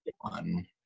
one